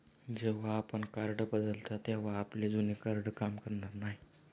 जेव्हा आपण कार्ड बदलता तेव्हा आपले जुने कार्ड काम करणार नाही